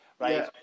Right